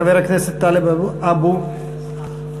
חבר הכנסת טלב אבו עראר,